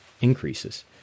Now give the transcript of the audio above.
increases